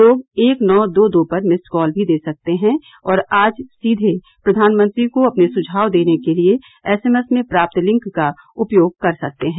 लोग एक नौ दो दो पर मिस्ड कॉल भी दे सकते हैं और आज सीधे प्रधानमंत्री को अपने सुझाव देने के लिए एस एम एस में प्राप्त लिंक का उपयोग कर सकते हैं